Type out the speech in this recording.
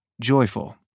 joyful